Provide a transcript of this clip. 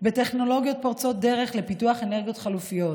בטכנולוגיות פורצות דרך לפיתוח אנרגיות חלופיות